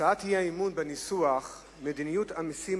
הצעת האי-אמון בניסוחה: מדיניות המסים